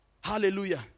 Hallelujah